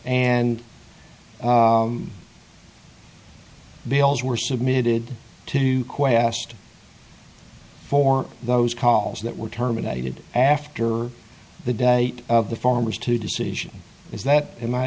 and bills were submitted to quest for those calls that were terminated after the date of the farmers to decision is that in my